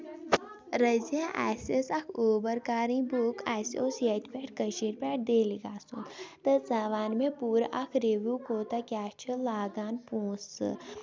رزیا اَسہِ ٲسۍ اکھ اوٗبر کَرٕنۍ بُک اَسہِ اوس ییٚتہِ پٮ۪ٹھ کٔشیٖر پٮ۪ٹھ دِلہِ گژھُن تہٕ ژٕ وَن مےٚ پوٗرٕ اکھ رِویو کوٗتاہ کیاہ چھُ لاگان پونسہٕ